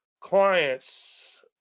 clients